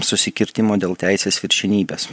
susikirtimo dėl teisės viršenybės